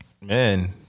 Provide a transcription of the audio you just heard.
man